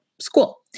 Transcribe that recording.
school